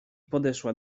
podeszła